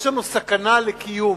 יש לנו סכנה לקיום